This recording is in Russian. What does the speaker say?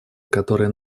которые